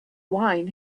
wine